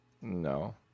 no